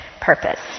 purpose